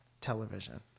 television